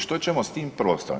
Što ćemo s tim prostorom?